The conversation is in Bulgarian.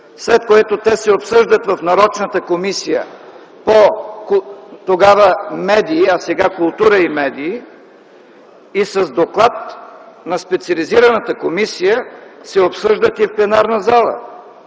след което те се обсъждат в нарочната комисия – тогава Медии, а сега Култура и медии, и с доклад на специализираната комисия се обсъждат и в пленарната зала.